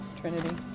Trinity